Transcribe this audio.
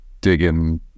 digging